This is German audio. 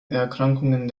erkrankungen